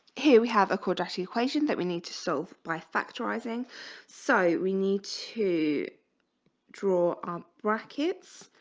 here we have a quadratic equation that we need to solve by factoring so we need to draw our brackets